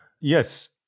yes